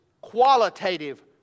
qualitative